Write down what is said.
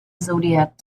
zodiac